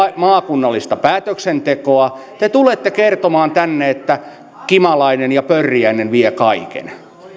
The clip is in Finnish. maakunnallista päätöksentekoa te tulette kertomaan tänne että kimalainen ja pörriäinen vie kaiken